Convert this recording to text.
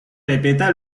répéta